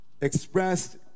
expressed